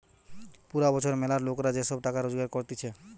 পুরা বছর ম্যালা লোকরা যে সব টাকা রোজগার করতিছে